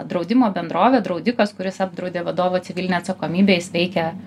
draudimo bendrovė draudikas kuris apdraudė vadovo civilinę atsakomybę jis veikia